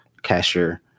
Cashier